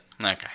Okay